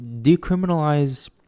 Decriminalize